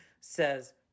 Says